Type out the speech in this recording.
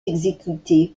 exécuté